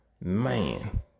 Man